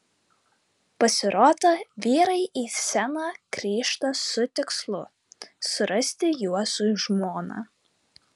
pasirodo vyrai į sceną grįžta su tikslu surasti juozui žmoną